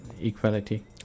equality